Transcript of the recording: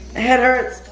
head hurts.